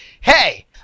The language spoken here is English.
Hey